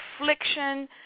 affliction